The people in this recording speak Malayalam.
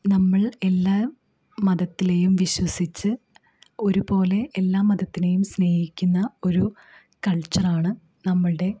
നമ്മൾ എല്ലാ മതത്തിലേയും വിശ്വസിച്ച് ഒരു പോലെ എല്ലാം മതത്തിനേയും സ്നേഹിക്കുന്ന ഒരു കൾച്ചർ ആണ് നമ്മളുടേത്